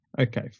Okay